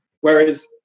Whereas